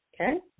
Okay